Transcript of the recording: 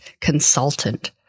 consultant